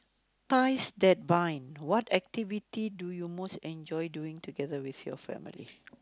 ties that bind what activity do you most enjoy doing together with your family